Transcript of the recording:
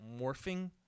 morphing